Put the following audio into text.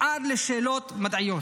עד לשאלות מדעיות.